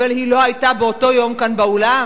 אבל היא לא היתה באותו יום כאן באולם.